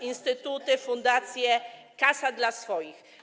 Instytuty, fundacje, kasa dla swoich.